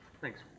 Thanks